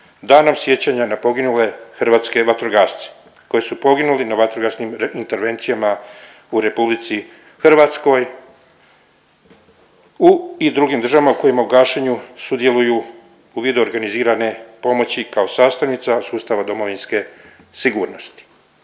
danom sjećanja na poginule hrvatske vatrogasce koji su poginuli na vatrogasnim intervencijama u RH u i drugim državama u kojima u gašenju sudjeluju u vidu organizirane pomoći kao sastavnica sustava Domovinske sigurnosti.